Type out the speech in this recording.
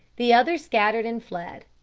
the others scattered and fled.